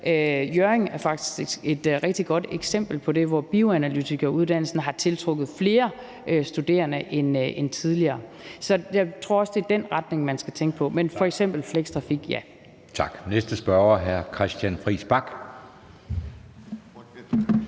Hjørring er faktisk et rigtig godt eksempel på det, hvor bioanalytikeruddannelsen har tiltrukket flere studerende end tidligere. Så jeg tror også, det er den retning, man skal tænke i. Men f.eks. flextrafik: Ja! Kl. 14:18 Anden næstformand